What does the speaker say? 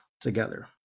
together